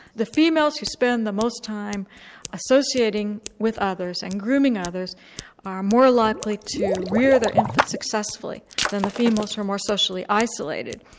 the females who spend the most time associating with others and grooming others are more likely to rear their infants successfully than the females who are more socially isolated.